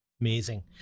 Amazing